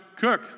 cook